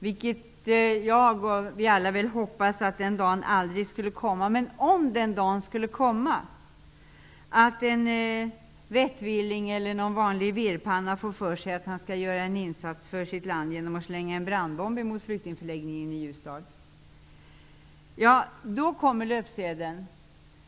Vi hoppas väl alla att den dagen aldrig kommer, men om en vettvilling eller någon vanlig virrpanna en dag får för sig att han skall göra en insats för sitt land genom att slänga en brandbomb mot flyktingförläggningen i Ljusdal, då kommer löpsedeln.